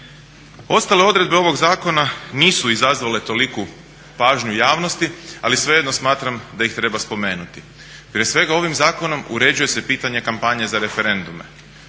Ostale odredbe ovog zakona nisu izazvale toliku pažnju javnosti, ali svejedno smatram da ih treba spomenuti. Prije svega ovim zakonom uređuje se pitanje kampanje za referendume.